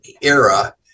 era